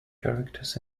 characters